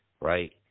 right